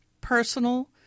Personal